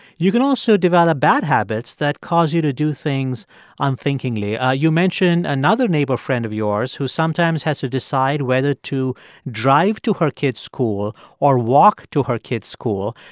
you can also develop bad habits that cause you to do things unthinkingly. ah you mentioned another neighbor friend of yours who sometimes has to decide whether to drive to her kid's school or walk to her kid's school,